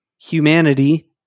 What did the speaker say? humanity